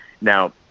Now